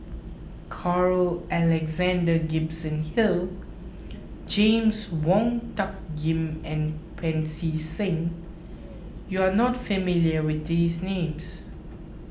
Carl Alexander Gibson Hill James Wong Tuck Yim and Pancy Seng you are not familiar with these names